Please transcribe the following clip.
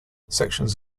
sections